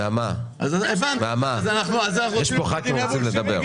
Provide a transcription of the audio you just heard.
נעמה, נעמה, יש פה ח"כים שרוצים לדבר.